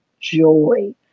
joy